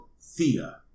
Thea